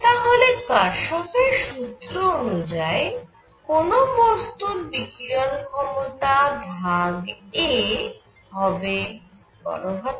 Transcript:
তাহলে কারশফের সুত্র অনুযায়ী কোন বস্তুর বিকিরণ ক্ষমতা ভাগ a সমান হবে E